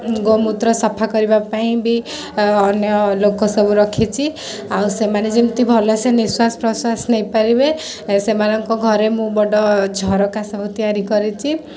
ଗୋମୂତ୍ର ସଫା କରିବା ପାଇଁ ବି ଅନ୍ୟ ଲୋକ ସବୁ ରଖିଛି ଆଉ ସେମାନେ ଯେମିତି ଭଲସେ ନିଶ୍ୱାସ ପ୍ରଶ୍ୱାସ ନେଇପାରିବେ ସେମାନଙ୍କ ଘରେ ମୁଁ ସବୁ ବଡ଼ ଝରକା ସବୁ ତିଆରି କରିଛି